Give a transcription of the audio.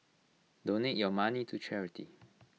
donate your money to charity